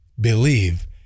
believe